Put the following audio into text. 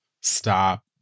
stop